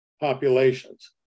populations